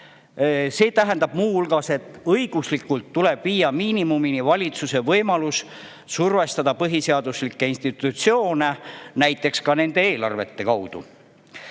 See tähendab muu hulgas, et õiguslikult tuleb viia miinimumini valitsuse võimalus survestada põhiseaduslikke institutsioone näiteks nende eelarvete kaudu.